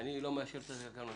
ושאני לא מאשר את התקנות.